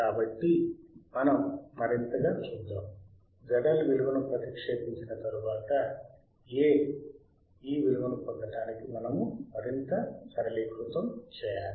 కాబట్టి మనం మరింత చూద్దాం ZL విలువను ప్రతిక్షేపించిన తరువాతA ఈ విలువను పొందడానికి మనము మరింత సరళీకృతం చేయాలి